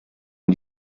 ont